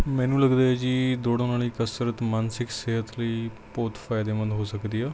ਮੈਨੂੰ ਲੱਗਦਾ ਹੈ ਜੀ ਦੌੜਨ ਵਾਲੀ ਕਸਰਤ ਮਾਨਸਿਕ ਸਿਹਤ ਲਈ ਬਹੁਤ ਫਾਇਦੇਮੰਦ ਹੋ ਸਕਦੀ ਆ